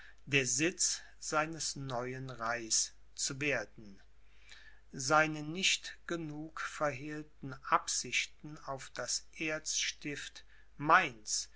der sitz seines neuen reichs zu werden seine nicht genug verhehlten absichten auf das erzstift mainz